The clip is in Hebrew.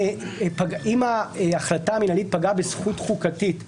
אם ההחלטה המינהלית פגעה בזכות חוקתית מוגדרת,